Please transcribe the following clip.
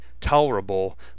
tolerable